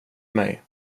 mig